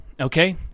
okay